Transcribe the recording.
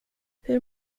hur